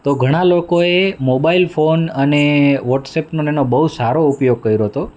તો ઘણાં લોકોએ મોબાઈલ ફોન અને વોટ્સએપનો ને એનો બહુ સારો ઉપયોગ કર્યો તો